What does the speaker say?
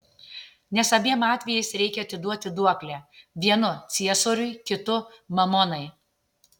nes abiem atvejais reikia atiduoti duoklę vienu ciesoriui kitu mamonai